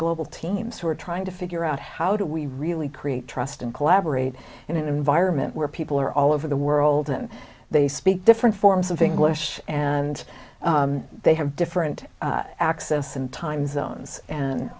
global teams who are trying to figure out how do we really create trust and collaborate in an environment where people are all over the world and they speak different forms of english and they have different access and time zones and